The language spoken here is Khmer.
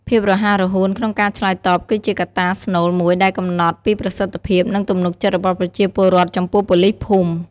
ភាពរហ័សរហួនក្នុងការឆ្លើយតបគឺជាកត្តាស្នូលមួយដែលកំណត់ពីប្រសិទ្ធភាព និងទំនុកចិត្តរបស់ប្រជាពលរដ្ឋចំពោះប៉ូលីសភូមិ។